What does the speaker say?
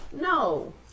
no